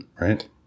right